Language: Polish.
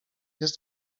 jest